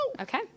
Okay